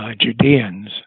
Judeans